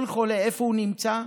כל אחד איפה הוא נמצא,